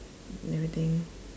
and everything